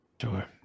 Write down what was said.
Sure